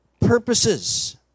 purposes